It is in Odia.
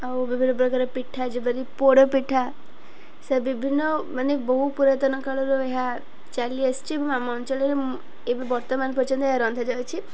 ଆଉ ବିଭିନ୍ନ ପ୍ରକାର ପିଠା ଯେପରି ପୋଡ଼ ପିଠା ସେ ବିଭିନ୍ନ ମାନେ ବହୁ ପୁରାତନ କାଳର ଏହା ଚାଲି ଆସିଚି ଏବଂ ଆମ ଅଞ୍ଚଳରେ ମୁଁ ଏବେ ବର୍ତ୍ତମାନ ପର୍ଯ୍ୟନ୍ତ ଏହା ରନ୍ଧାାଯାଉଛି